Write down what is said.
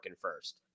first